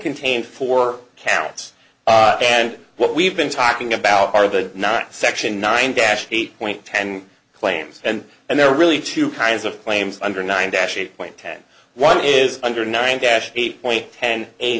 contained four counts and what we've been talking about are the not section nine dash eight point ten claims and and there are really two kinds of claims under nine dash eight point ten one is under nine dash eight point then